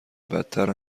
بدتر